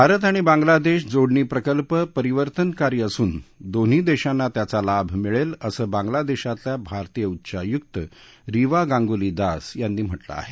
भारत आणि बांगलादेश जोडणीप्रकल्प परिवर्तनकारी असून दोन्ही देशांना त्याचा लाभ मिळेल असं बांगलादेशातल्या भारतीय उच्चायुक्त रिवा गांगुली दास यांनी म्हटलं आहे